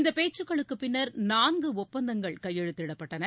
இந்த பேச்சுகளுக்கு பின்னர் நான்கு ஒப்பந்தங்கள் கையெழுத்திடப்பட்டன